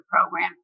program